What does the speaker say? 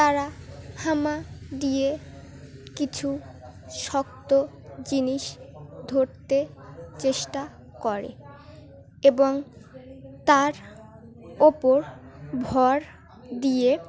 তারা হামা দিয়ে কিছু শক্ত জিনিস ধরতে চেষ্টা করে এবং তার ওপর ভর দিয়ে